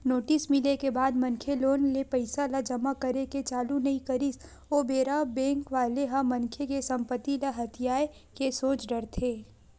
notice मिले के बाद मनखे लोन ले पइसा ल जमा करे के चालू नइ करिस ओ बेरा बेंक वाले ह मनखे के संपत्ति ल हथियाये के सोच डरथे